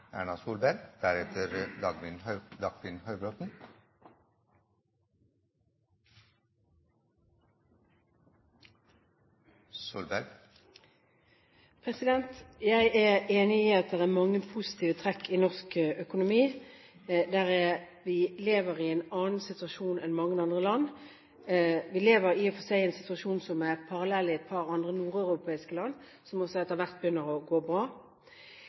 mange positive trekk i norsk økonomi. Vi lever i en annen situasjon enn mange andre land. Vi lever i og for seg i en situasjon som er parallell med et par andre nordeuropeiske land, som også etter hvert begynner å gå bra.